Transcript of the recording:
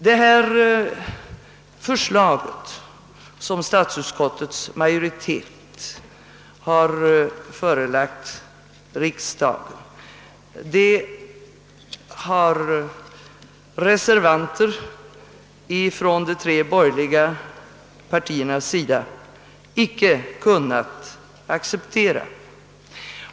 Det förslag som statsutskottets majoritet har förelagt riksdagen har reservanter från de tre borgerliga partierna inte kunnat acceptera.